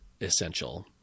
essential